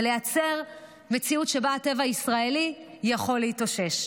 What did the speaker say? ולייצר מציאות שבה הטבע הישראלי יכול להתאושש.